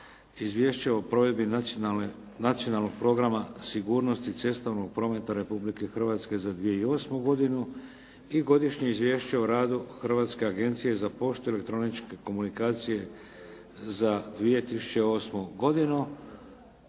Izvješće o provedbi Nacionalnog programa sigurnosti cestovnog prometa Republike Hrvatske za 2008. godinu i Godišnje izvješće o radu Hrvatske agencije za poštu, elektroničke komunikacije za 2008. godinu.